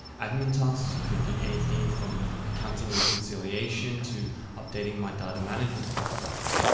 admin tasks could be anything from accounting or reconciliation to updating my data management platforms.